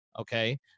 Okay